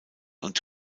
und